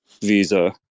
visa